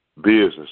business